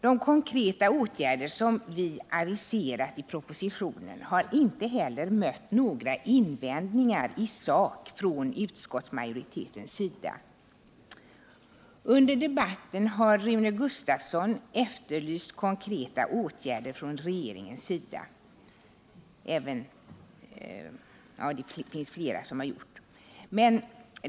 De konkreta åtgärder som vi aviserat i propositionen har inte heller mött några invändningar i sak från utskottsmajoritetens sida. Under debatten har Rune Gustavsson efterlyst konkreta åtgärder från regeringens sida. Flera med honom har gjort det.